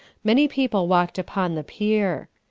many people walked upon the pier.